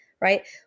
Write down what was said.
right